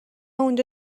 اونجا